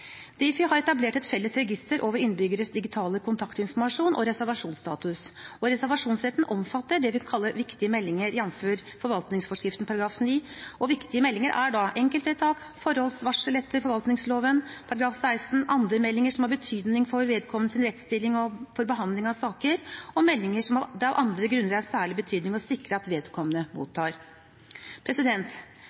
Difi har etablert et felles register over innbyggeres digitale kontaktinformasjon og reservasjonsstatus. Reservasjonsretten omfatter det vi kaller viktige meldinger, jfr. forvaltningsforskriften § 9. Viktige meldinger er da enkeltvedtak, forhåndsvarsel etter forvaltningsloven § 16, andre meldinger som har betydning for vedkommendes rettsstilling og for behandling av saker, og meldinger som det av andre grunner er av særlig betydning å sikre at vedkommende mottar.